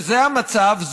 שזה המצב,